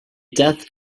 death